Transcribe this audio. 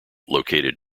located